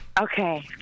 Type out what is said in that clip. Okay